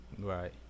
right